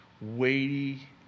weighty